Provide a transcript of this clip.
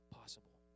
possible